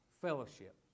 Fellowship